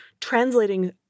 translating